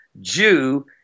jew